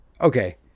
Okay